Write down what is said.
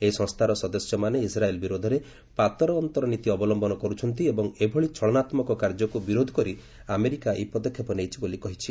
ଏହି ସଂସ୍ଥାର ସଦସ୍ୟମାନେ ଇସ୍ରାଏଲ୍ ବିରୋଧରେ ପାତର ଅନ୍ତର ନୀତି ଅବଲମ୍ଘନ କର୍ରଛନ୍ତି ଏବଂ ଏଭଳି ଛଳନାତ୍ମକ କାର୍ଯ୍ୟକ୍ ବିରୋଧ କରି ଆମେରିକା ଏହି ପଦକ୍ଷେପ ନେଇଛି ବୋଲି କହିଛି